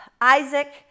Isaac